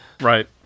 Right